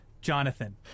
Jonathan